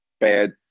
bad